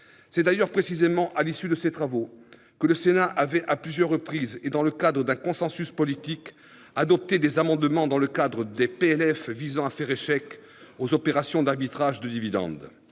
C'est d'ailleurs précisément à l'issue de ces travaux que notre assemblée avait à plusieurs reprises, et dans le cadre d'un consensus politique, adopté des amendements aux projets de loi de finances visant à faire échec aux opérations d'arbitrage de dividendes.